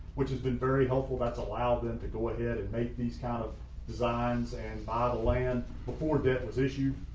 which has been very helpful that's allowed them to go ahead and make these kind of designs and buy the land before debt was issued.